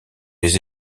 les